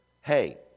hey